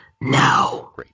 Now